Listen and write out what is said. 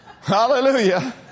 Hallelujah